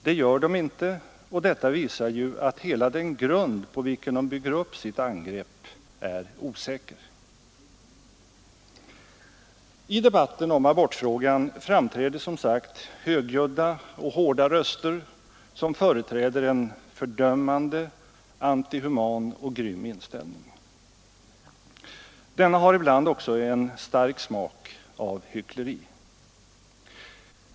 Det gör de inte, och detta visar ju att hela den grund på vilket de bygger upp sitt angrepp är osäker. I debatten om abortfrågan förekommer som sagt högljudda och hårda röster som företräder en fördömande, antihuman och grym inställning. Denna har ibland också en stark smak av hyckleri.